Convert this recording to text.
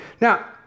Now